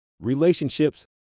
relationships